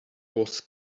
was